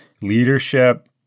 leadership